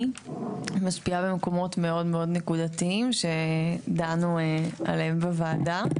משפיעה במקומות מאוד מאוד נקודתיים שדנו עליהם בוועדה.